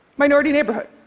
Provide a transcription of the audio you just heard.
minority neighborhood.